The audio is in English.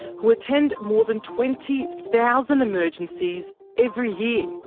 who attend more than twenty thousand emergencies, every year.